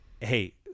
hey